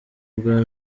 bwa